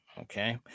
Okay